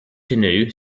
canoe